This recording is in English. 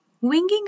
winging